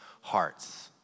hearts